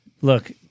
Look